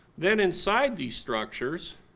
then inside these structures,